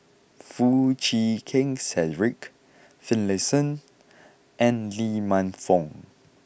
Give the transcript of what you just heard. Foo Chee Keng Cedric Finlayson and Lee Man Fong